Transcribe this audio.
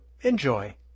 enjoy